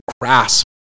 grasp